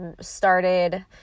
started